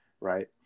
Right